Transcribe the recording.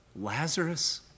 Lazarus